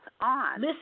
on